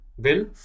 Bill